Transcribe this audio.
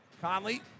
Conley